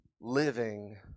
living